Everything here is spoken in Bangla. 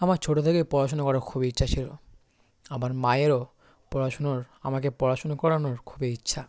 আমার ছোটো থেকে পড়াশুনা করার খুব ইচ্ছা ছিলো আমার মায়েরও পড়াশুনোর আমাকে পড়াশুনো করানোর খুব ইচ্ছা